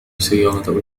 سيارة